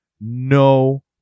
no